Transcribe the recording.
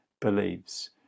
believes